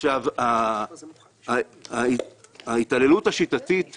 עכשיו, ההתעללות השיטתית --- לא,